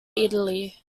italy